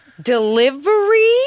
Delivery